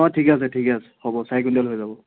অঁ ঠিকে আছে ঠিকে আছে হ'ব চাই কিনে লৈ ল'ব